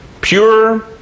pure